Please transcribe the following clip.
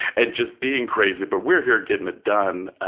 and just being crazy, but we're here getting it done.